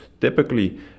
typically